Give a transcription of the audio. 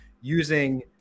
using